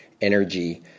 energy